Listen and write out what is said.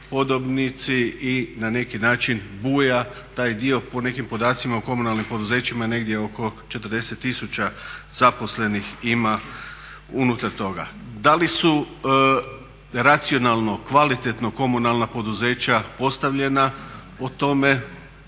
i na neki način buja taj dio. Po nekim podacima o komunalnim poduzećima negdje oko 40 000 zaposlenih ima unutar toga. Da li su racionalno, kvalitetno komunalna poduzeća postavljena, o tome